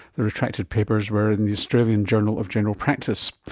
the retracted papers were in the australian journal of general practice.